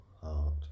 heart